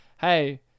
Hey